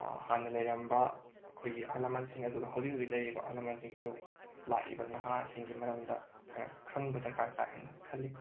ꯍꯥꯟꯅ ꯂꯩꯔꯝꯕ ꯑꯩꯈꯣꯏꯒꯤ ꯑꯍꯜ ꯂꯃꯟꯁꯤꯡ ꯑꯗꯨ ꯍꯧꯖꯤꯛ ꯍꯧꯖꯤꯛ ꯂꯩꯔꯤꯕ ꯑꯍꯜ ꯂꯃꯟꯁꯤꯡꯁꯨ ꯂꯥꯛꯏꯕ ꯅꯍꯥꯁꯤꯡꯒꯤ ꯃꯔꯝꯗ ꯈꯔ ꯈꯪꯕ ꯗꯔꯀꯥꯔ ꯇꯥꯏ ꯍꯥꯏꯅ ꯈꯜꯂꯤ